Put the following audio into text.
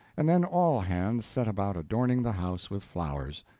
and then all hands set about adorning the house with flowers.